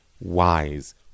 wise